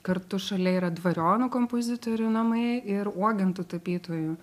kartu šalia yra dvarionių kompozitorių namai ir uogintų tapytojų